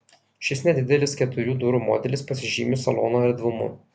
šis nedidelis keturių durų modelis pasižymi salono erdvumu